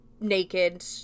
naked